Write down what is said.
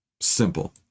simple